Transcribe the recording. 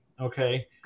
okay